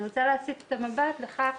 אני רוצה להסיט את המבט לכך